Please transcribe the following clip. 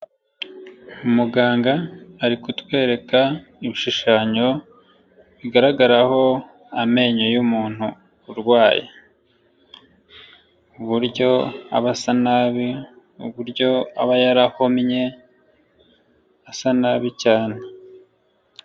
Umuganga ari kutwereka ibishushanyo bigaragaraho amenyo y'umuntu urwaye, uburyo aba asa nabi, uburyo aba yarahomye asa nabi cyane.